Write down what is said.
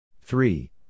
three